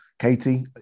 Katie